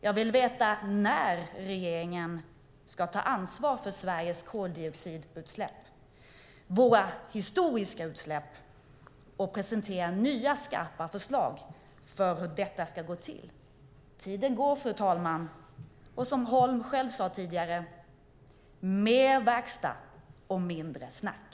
Jag vill veta när regeringen ska ta ansvar för Sveriges koldioxidutsläpp - våra historiska utsläpp - och presentera nya skarpa förslag om hur detta ska gå till. Tiden går. Som Christian Holm själv sade: Mer verkstad och mindre snack.